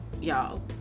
y'all